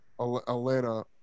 Atlanta